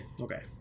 Okay